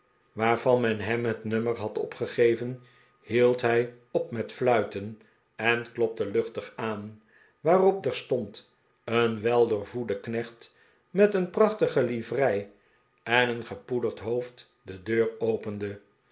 waarvan hem het rnrmmer was opgegeven hield hij op met fluiten en klopte luchtig aan waarop terstond een weldoorvoede knecht met een prachtige livrei en een gepoederd hoofd de deur opende